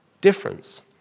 difference